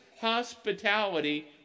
hospitality